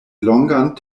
longan